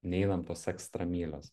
neinam tos ekstra mylios